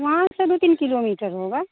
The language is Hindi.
वहाँ से दो तीन किलोमीटर होगा